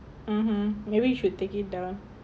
mmhmm maybe we should take it down